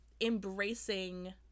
embracing